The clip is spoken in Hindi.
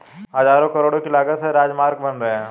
हज़ारों करोड़ की लागत से राजमार्ग बन रहे हैं